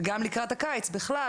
וגם לקראת הקיץ בכלל,